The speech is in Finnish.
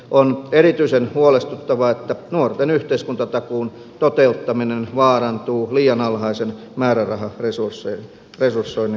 on erityisen huolestuttavaa että nuorten yhteiskuntatakuun toteuttaminen vaarantuu liian alhaisen määräraharesursoinnin vuoksi